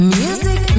music